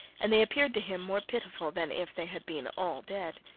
and they appeared to him more pitiful than if they had been all dead.